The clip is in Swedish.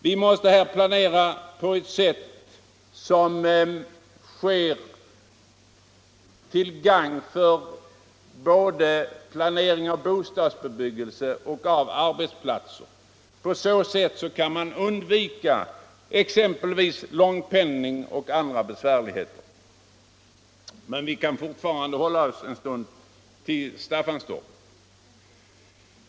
Vi måste planera på ett sätt som är till gagn för både planeringen av bostadsbebyggelsen och planeringen av arbetsplatser. Därigenom kan man undvika exempelvis långpendling och andra besvärligheter. Men vi kan fortfarande en stund hålla oss kvar i Staffanstorp!